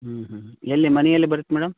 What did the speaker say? ಹ್ಞೂ ಹ್ಞೂ ಎಲ್ಲಿ ಮನೆ ಎಲ್ಲಿ ಬರುತ್ತೆ ಮೇಡಮ್